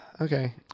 Okay